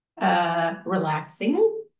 relaxing